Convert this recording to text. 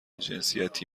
جنسیتی